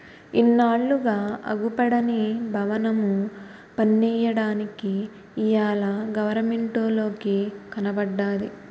ఇన్నాళ్లుగా అగుపడని బవనము పన్నెయ్యడానికి ఇయ్యాల గవరమెంటోలికి కనబడ్డాది